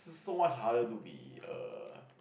so much harder to be a